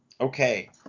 Okay